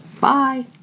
Bye